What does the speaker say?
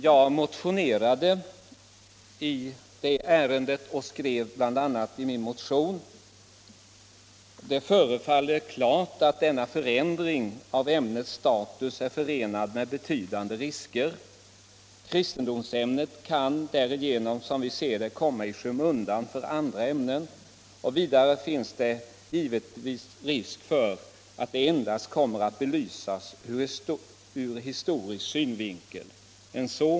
Jag motionerade i ärendet och skrev tillsammans med min medmotionär bl.a.: ”Det förefaller klart att denna förändring av ämnets status är förenad med betydande risker. Kristendomsämnet kan därigenom som vi ser det komma i skymundan för andra ämnen, och vidare finns det givetvis risk för att det endast kommer att belysas ur historisk synvinkel.